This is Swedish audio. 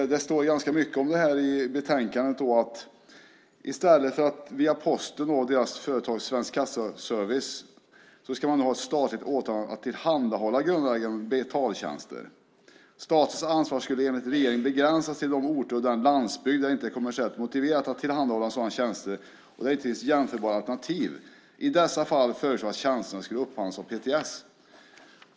Det står ganska mycket om det här i betänkandet. I stället för via Posten och dess företag Svensk Kassaservice ska man nu ha ett statligt åtagande för att tillhandahålla grundläggande betaltjänster. Statens ansvar skulle enligt regeringen begränsas till de orter på landsbygden där det inte är kommersiellt motiverat att tillhandahålla sådana tjänster och där det inte finns jämförbara alternativ. I dessa fall föreslås att tjänsterna ska upphandlas av PTS.